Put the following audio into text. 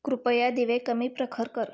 कृपया दिवे कमी प्रखर कर